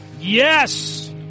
Yes